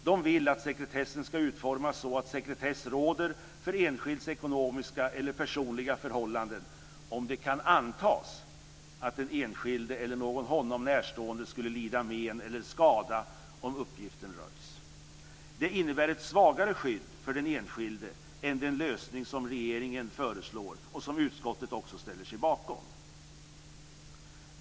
De vill att sekretessen ska utformas så att sekretess råder för enskilds ekonomiska eller personliga förhållanden om det kan antas att den enskilde eller någon honom närstående skulle lida men eller skada om uppgiften röjs. Det innebär ett svagare skydd för den enskilde än den lösning som regeringen föreslår och som utskottet också ställer sig bakom.